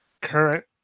current